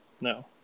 No